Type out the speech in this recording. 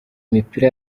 imipira